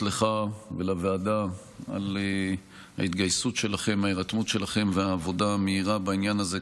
ולוועדה על ההתגייסות וההירתמות שלכם והעבודה המהירה בעניין הזה,